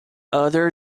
other